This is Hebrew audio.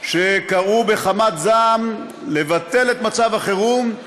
שקראו בחמת זעם לבטל את מצב החירום,